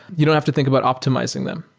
you don't have to think about optimizing them.